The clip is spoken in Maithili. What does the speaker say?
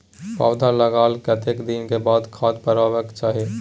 पौधा लागलाक कतेक दिन के बाद खाद परबाक चाही?